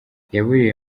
yaburiye